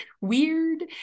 Weird